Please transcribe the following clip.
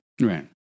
Right